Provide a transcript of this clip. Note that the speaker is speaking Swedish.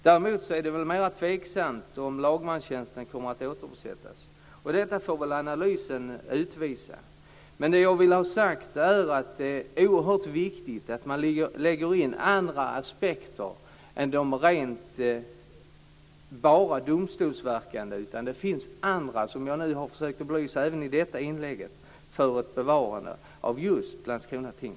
Däremot är det väl mera tveksamt om lagmanstjänsten kommer att återbesättas. Detta får väl analysen utvisa. Jag vill dock säga att det är oerhört viktigt att man lägger in också andra aspekter än de rent domstolsmässiga. Det finns, som jag har försökt belysa även i detta inlägg, också andra skäl för ett bevarande av